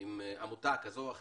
עם עמותה כזו או אחרת,